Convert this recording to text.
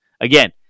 Again